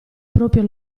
proprio